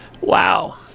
Wow